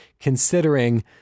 considering